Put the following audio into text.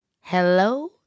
hello